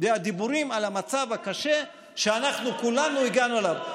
והדיבורים על המצב הקשה שאנחנו כולנו הגענו אליו.